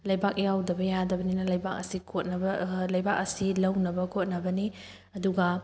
ꯂꯩꯕꯥꯛ ꯌꯥꯎꯗꯕ ꯌꯥꯗꯕꯅꯤꯅ ꯂꯩꯕꯥꯛ ꯑꯁꯤ ꯀꯣꯠꯅꯕ ꯂꯩꯕꯥꯛ ꯑꯁꯤ ꯂꯧꯅꯕ ꯀꯣꯠꯅꯕꯅꯤ ꯑꯗꯨꯒ